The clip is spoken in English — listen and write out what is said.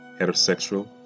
heterosexual